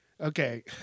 Okay